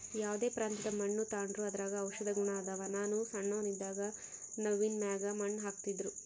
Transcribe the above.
ಯಾವ್ದೇ ಪ್ರಾಂತ್ಯದ ಮಣ್ಣು ತಾಂಡ್ರೂ ಅದರಾಗ ಔಷದ ಗುಣ ಅದಾವ, ನಾನು ಸಣ್ಣೋನ್ ಇದ್ದಾಗ ನವ್ವಿನ ಮ್ಯಾಗ ಮಣ್ಣು ಹಾಕ್ತಿದ್ರು